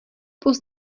plus